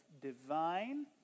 divine